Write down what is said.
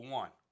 one